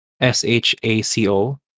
s-h-a-c-o